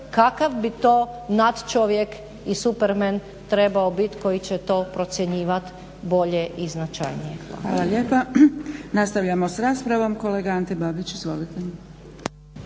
kakav bi to nadčovjek i supermen trebao bit koji će to procjenjivat bolje i značajnije. Hvala. **Zgrebec, Dragica (SDP)** Hvala lijepa. Nastavljamo sa raspravom, kolega Ante Babić. Izvolite.